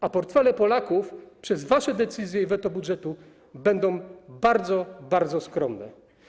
A portfele Polaków przez wasze decyzje i weto budżetu będą bardzo, bardzo skromne.